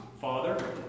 Father